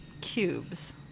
cubes